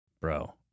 Bro